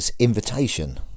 Invitation